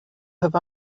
have